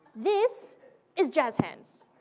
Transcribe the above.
this is jazz hands.